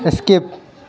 skip